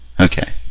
Okay